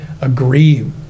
agree